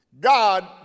God